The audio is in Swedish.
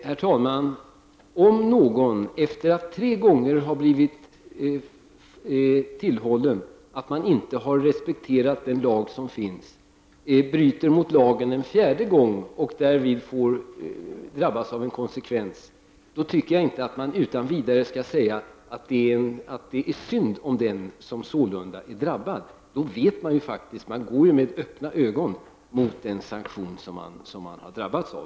Herr talman! Om någon efter att tre gånger ha blivit tillhållen att respektera gällande lag bryter mot lagen en fjärde gång och därvid drabbas av en konsekvens, tycker jag inte att man utan vidare kan säga att det är synd om den sålunda drabbade. Han har med öppna ögon gått mot den sanktion som han drabbats av.